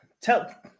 tell